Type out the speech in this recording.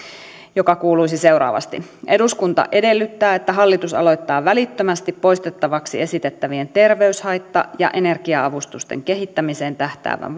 joka kuuluisi seuraavasti eduskunta edellyttää että hallitus aloittaa välittömästi poistettavaksi esitettävien terveyshaitta ja energia avustusten kehittämiseen tähtäävän